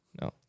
No